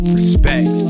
Respect